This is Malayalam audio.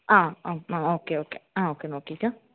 ആ ആ ഓക്കെ ഓക്കെ ആ ഓക്കെ നോക്കിക്കാം